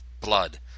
blood